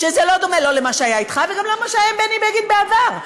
לא למה שהיה איתך וגם לא מה שהיה עם בני בגין בעבר.